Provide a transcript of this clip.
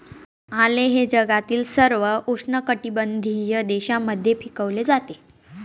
आले हे जगातील सर्व उष्णकटिबंधीय देशांमध्ये पिकवले जाते